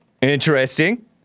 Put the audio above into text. Interesting